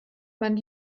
man